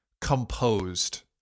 composed